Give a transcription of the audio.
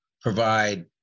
provide